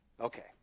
Okay